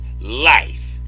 life